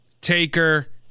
Taker